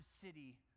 city